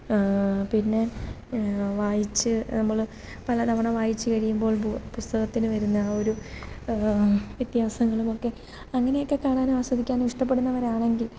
പിന്നെ വായിച്ച് നമ്മൾ പല തവണ വായിച്ചുകഴിയുമ്പോൾ പു പുസ്തകത്തിന് വരുന്ന ആ ഒരു വ്യത്യാസങ്ങളുമൊക്കെ അങ്ങനെയൊക്കെ കാണാനും ആസ്വദിക്കാനും ഇഷ്ടപെടുന്നവരാണെങ്കിൽ